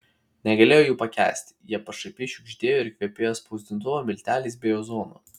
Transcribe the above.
negalėjo jų pakęsti jie pašaipiai šiugždėjo ir kvepėjo spausdintuvo milteliais bei ozonu